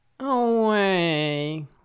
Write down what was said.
Away